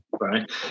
Right